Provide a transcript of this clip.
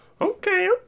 Okay